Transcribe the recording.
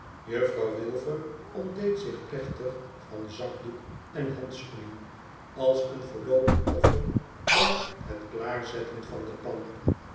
juffrouw wilfer ontdeed zich plechtig van zakdoek en handschoenen als een voorloopig offer bij het klaarzetten van de pan